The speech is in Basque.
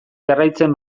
jarraitzen